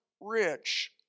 rich